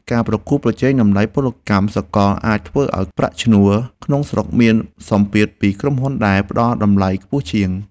ការប្រកួតប្រជែងតម្លៃកម្លាំងពលកម្មសកលអាចធ្វើឱ្យប្រាក់ឈ្នួលក្នុងស្រុកមានសម្ពាធពីក្រុមហ៊ុនដែលផ្តល់តម្លៃខ្ពស់ជាង។